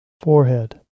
forehead